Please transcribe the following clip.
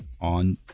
on